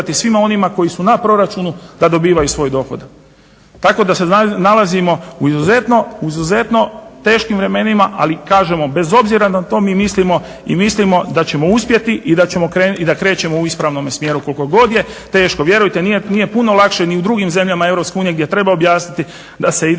svima onima koji su na proračunu da dobivaju svoj dohodak. Tako da se nalazimo u izuzetno teškim vremenima. Ali kažemo bez obzira na to mi mislimo i mislimo da ćemo uspjeti i da krećemo u ispravnome smjeru koliko god je teško. Vjerujte nije puno lakše ni u drugim zemljama EU gdje treba objasniti da se ide na